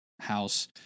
house